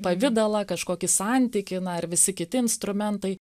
pavidalą kažkokį santykį na ir visi kiti instrumentai